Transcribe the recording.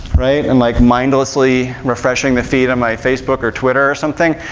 right? and like mindlessly refreshing the feed on my facebook or twitter or something,